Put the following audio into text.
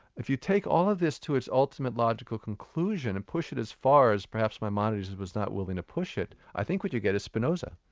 if you take all of this to its ultimate logical conclusion, and push it as far as perhaps maimonides was not willing to push it, i think we could get a spinoza.